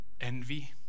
envy